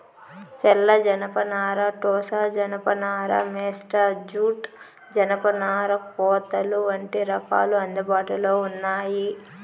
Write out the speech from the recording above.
తెల్ల జనపనార, టోసా జానప నార, మేస్టా జూట్, జనపనార కోతలు వంటి రకాలు అందుబాటులో ఉన్నాయి